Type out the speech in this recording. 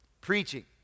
Preaching